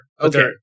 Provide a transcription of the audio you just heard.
Okay